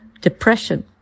depression